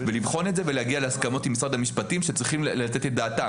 ולבחון את זה ולהגיע להסכמות עם משרד המשפטים שצריכים לתת את דעתם.